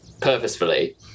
purposefully